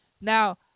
Now